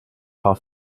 paar